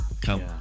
Come